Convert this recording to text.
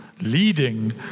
Leading